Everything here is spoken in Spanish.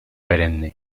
perenne